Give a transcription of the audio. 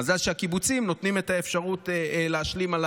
מזל שהקיבוצים נותנים את האפשרות לשלם על